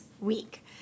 week